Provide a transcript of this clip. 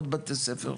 עוד בתי ספר,